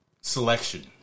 selection